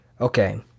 okay